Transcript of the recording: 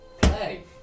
play